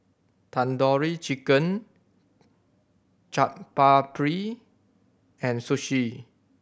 Tandoori Chicken Chaat Papri and Sushi